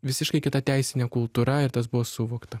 visiškai kita teisinė kultūra ir tas buvo suvokta